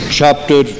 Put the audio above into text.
chapter